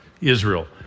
Israel